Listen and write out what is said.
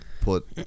put